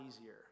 easier